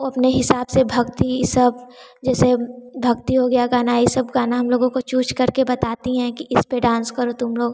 वह अपने हिसाब से भक्ति सब जैसे भक्ति हो गया गाना यह सब गाना हम लोगों को चूज करके बताती है कि इस पर डांस करो तुम लोग